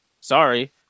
Sorry